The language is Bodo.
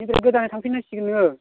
गिदिर गोदानै थांफिननांसिगोन नोङो